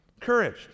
Courage